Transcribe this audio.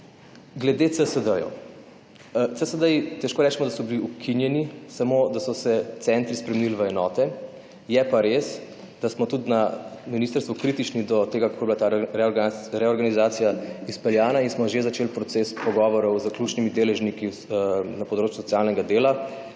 Glede CSD: CSD težko rečemo, da so bili ukinjeni, samo, da so se centri spremenili v enote. Je pa res, da smo tudi na Ministrstvu kritični do tega, kako je bila ta reorganizacija izpeljana, in smo že začeli proces pogovor z zaključnimi deležniki na področju socialnega dela,